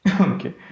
Okay